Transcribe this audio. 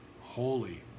holy